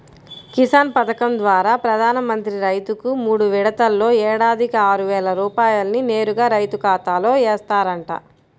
కిసాన్ పథకం ద్వారా ప్రధాన మంత్రి రైతుకు మూడు విడతల్లో ఏడాదికి ఆరువేల రూపాయల్ని నేరుగా రైతు ఖాతాలో ఏస్తారంట